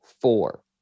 four